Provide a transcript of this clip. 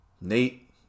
Nate